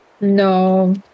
no